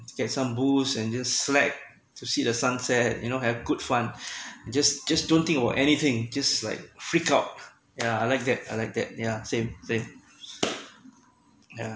get some booze and just slept to see the sunset you know have good fun just just don't think about anything just like freak out yeah I like that I like that yeah same same yeah